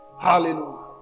Hallelujah